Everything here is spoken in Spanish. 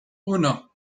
uno